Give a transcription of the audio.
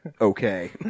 Okay